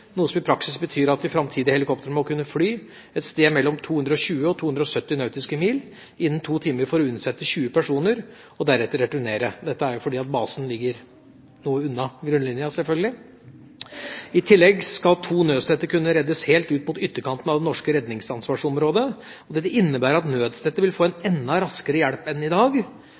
noe som i praksis betyr at de framtidige helikoptrene må kunne fly et sted mellom 220 og 270 nautiske mil innen to timer for å unnsette 20 personer og deretter returnere – dette fordi basen ligger noe unna grunnlinjen, selvfølgelig. I tillegg skal to nødstedte kunne reddes helt ut mot ytterkanten av det norske redningsansvarsområdet. Dette innebærer at nødstedte vil få enda raskere hjelp enn i dag.